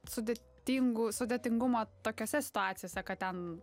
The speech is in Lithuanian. sudėtingų sudėtingumo tokiose situacijose kad ten